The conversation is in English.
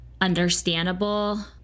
understandable